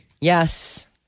Yes